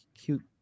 cute